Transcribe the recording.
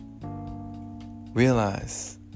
realize